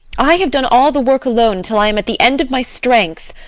i have done all the work alone until i am at the end of my strength